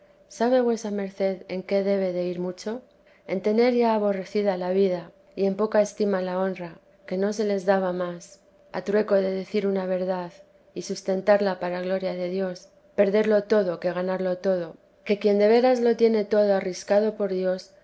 sabe vuesa merced en qué debe d'e ir mucho en tener ya aborrecida la vida y en poca estima la honra que no se les daba más a trueco de decir una verdad y sustentarla para gloria de dios perderlo todo que ganarlo todo que quien de veras lo tiene todo arriscado por dios